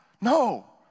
No